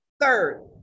Third